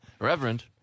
Reverend